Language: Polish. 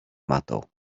matoł